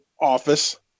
office